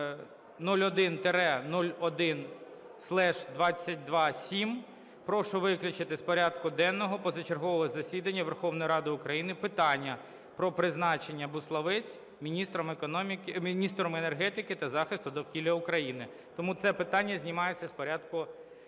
01-01/227: "Прошу виключити з порядку денного позачергового засідання Верховної Ради України питання про призначення Буславець міністром енергетики та захисту довкілля України". Тому це питання знімається з порядку денного